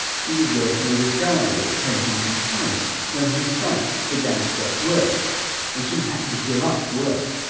she was working as a guide at kensington palace when her sight began to get worse and she had to give up work.